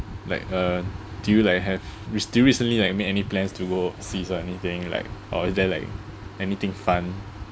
like uh do you like have you still recently like make any plans to go overseas or anything like or is there like anything fun